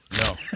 No